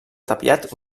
tapiat